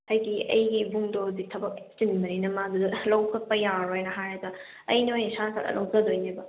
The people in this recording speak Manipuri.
ꯍꯥꯏꯗꯤ ꯑꯩꯒꯤ ꯏꯕꯨꯡꯗꯣ ꯍꯧꯖꯤꯛ ꯊꯕꯛ ꯆꯤꯟꯕꯅꯤꯅ ꯃꯥ ꯑꯗꯨꯗ ꯂꯧ ꯆꯠꯄ ꯌꯥꯔꯔꯣꯏꯅ ꯍꯥꯏ ꯑꯗ ꯑꯩꯅ ꯑꯣꯏꯅ ꯏꯁꯥꯅ ꯆꯠꯂꯒ ꯂꯧꯖꯗꯣꯏꯅꯦꯕ